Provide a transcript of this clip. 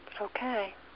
Okay